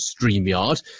StreamYard